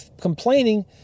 complaining